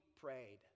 prayed